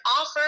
offer